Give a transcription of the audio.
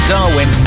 Darwin